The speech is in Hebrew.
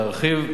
להרחיב,